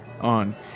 on